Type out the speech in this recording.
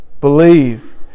believe